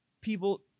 people